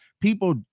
people